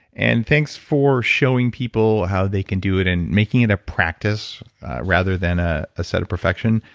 and thanks for showing people how they can do it and making it a practice rather than ah a set of perfection.